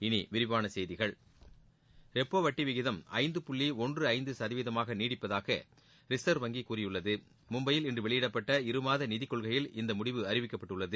இனி விரிவான செய்திகள் ரெப்போ வட்டி விகிதம் ஐந்து புள்ளி ஒன்று ஐந்து சதவீதமாக நீடிப்பதாக ரிச்வ் வங்கி கூறியுள்ளது மும்பையில் இன்று வெளியிடப்பட்ட இருமாத நிதிக்கொள்கையில் இந்த முடிவு அறிவிக்கப்பட்டுள்ளது